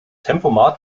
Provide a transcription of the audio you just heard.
tempomat